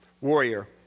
Warrior